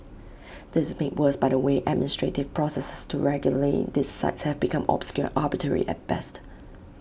this is made worse by the way administrative processes to regulate these sites have been obscure arbitrary at best